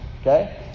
okay